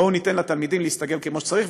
בואו ניתן לתלמידים להסתגל כמו שצריך,